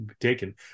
taken